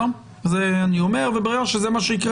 זה מה שיקרה,